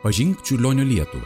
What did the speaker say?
pažink čiurlionio lietuvą